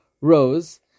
rows